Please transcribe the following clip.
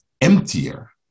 emptier